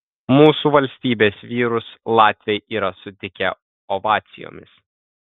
mūsų valstybės vyrus latviai yra sutikę ovacijomis